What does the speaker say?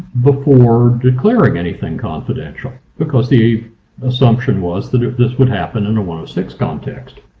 before declaring anything confidential, because the assumption was that if this would happen in a one o six context.